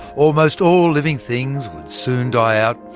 almost all living things would soon die out,